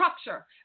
structure